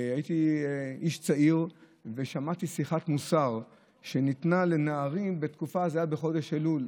הייתי איש צעיר ושמעתי שיחת מוסר שניתנה לנערים בתקופה של חודש אלול.